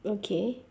okay